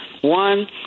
One